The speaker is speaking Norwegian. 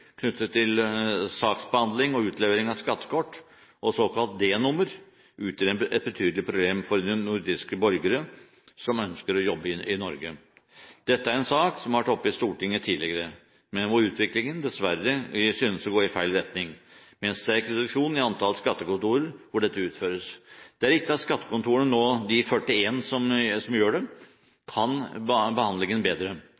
knyttet til saksbehandling og utlevering av skattekort og såkalt d-nummer utgjør et betydelig problem for nordiske borgere som ønsker å jobbe i Norge. Dette er en sak som har vært oppe i Stortinget tidligere, men hvor utviklingen dessverre synes å gå i feil retning, med en sterk reduksjon i antall skattekontorer hvor dette utføres. Det er riktig at skattekontorene nå – de 41 som gjør det – kan behandlingen bedre,